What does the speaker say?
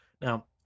Now